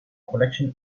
collection